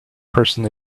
person